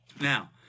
Now